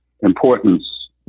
importance